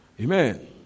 Amen